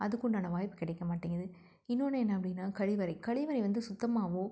அதுக்குண்டான வாய்ப்பு கிடைக்க மாட்டேங்கிறது இன்னொன்று என்ன அப்படின்னா கழிவறை கழிவறை வந்து சுத்தமாகவோ